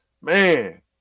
man